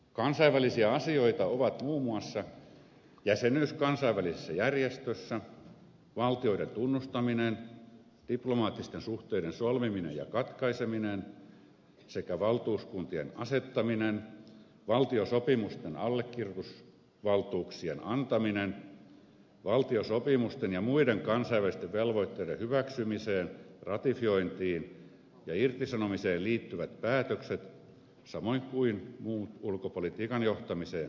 kansainvälisiä asioita ovat muun muassa jäsenyys kansainvälisessä järjestössä valtioiden tunnustaminen diplomaattisten suhteiden solmiminen ja katkaiseminen sekä valtuuskuntien asettaminen valtiosopimusten allekirjoitusvaltuuksien antaminen valtiosopimusten ja muiden kansainvälisten velvoitteiden hyväksymiseen ratifiointiin ja irtisanomiseen liittyvät päätökset samoin kuin muut ulkopolitiikan johtamiseen liittyvät määrämuotoiset päätökset